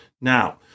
Now